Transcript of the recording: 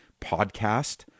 podcast